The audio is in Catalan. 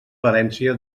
valència